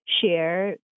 share